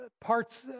parts